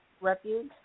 refuge